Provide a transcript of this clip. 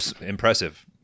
Impressive